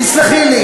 תסלחי לי.